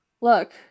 look